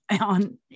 on